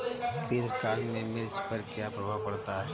ग्रीष्म काल में मिर्च पर क्या प्रभाव पड़ता है?